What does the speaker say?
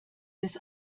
des